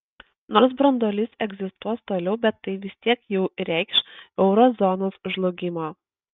nors branduolys egzistuos toliau bet tai vis tiek jau reikš euro zonos žlugimą